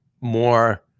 more